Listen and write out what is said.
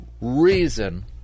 reason